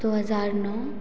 दो हज़ार नौ